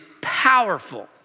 powerful